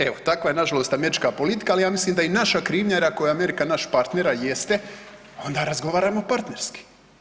Evo, takva je nažalost američka politika, ali ja mislim da je i naša krivnja jer ako je Amerika naš partner, a jeste, onda razgovarajmo partnerski.